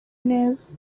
neza